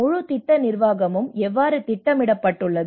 முழு திட்ட நிர்வாகமும் எவ்வாறு திட்டமிடப்பட்டுள்ளது